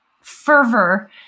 fervor